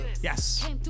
Yes